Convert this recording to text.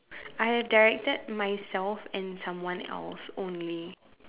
I have directed myself and someone else only